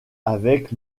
avec